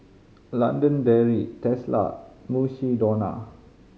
London Dairy Tesla Mukshidonna